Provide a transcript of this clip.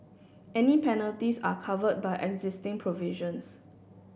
any penalties are covered by existing provisions